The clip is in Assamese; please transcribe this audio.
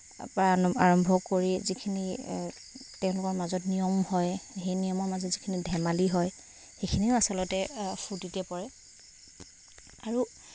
পৰা আৰম্ভ কৰি যিখিনি তেওঁলোকৰ মাজত নিয়ম হয় সেই নিয়মৰ মাজত যিখিনি ধেমালি হয় সেইখিনিও আচলতে ফূৰ্তিতে পৰে আৰু